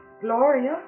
Gloria